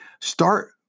Start